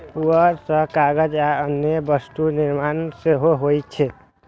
पुआर सं कागज आ अन्य वस्तुक निर्माण सेहो होइ छै